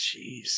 Jeez